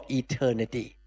eternity